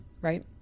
Right